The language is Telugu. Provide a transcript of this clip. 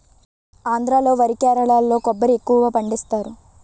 ఆంధ్రా లో వరి కేరళలో కొబ్బరి ఎక్కువపండిస్తారు